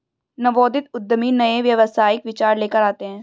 नवोदित उद्यमी नए व्यावसायिक विचार लेकर आते हैं